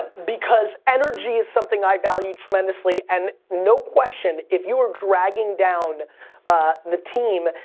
because energy is something i value tremendously and no question, if you are dragging down the team,